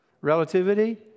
Relativity